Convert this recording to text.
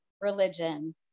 religion